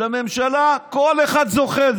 זאת ממשלה שבה כל אחד זוכה.